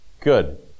good